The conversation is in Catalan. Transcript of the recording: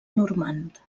normand